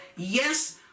Yes